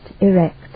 erect